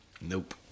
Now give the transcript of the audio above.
Nope